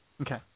Okay